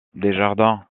desjardins